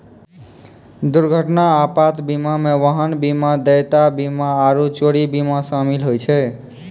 दुर्घटना आपात बीमा मे वाहन बीमा, देयता बीमा आरु चोरी बीमा शामिल होय छै